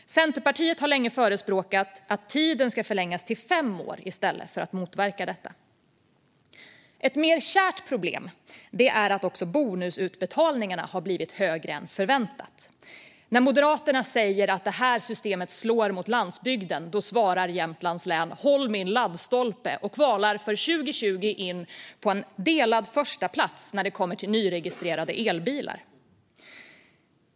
Centerpartiet har länge förespråkat att tiden ska förlängas till fem år för att motverka detta. Ett mer kärt problem är att bonusutbetalningarna har blivit fler än förväntat. När Moderaterna säger att detta system slår mot landsbygden svarar Jämtlands län "håll min laddstolpe" och kvalar för 2020 in på en delad förstaplats i nyregistrerade elbilar.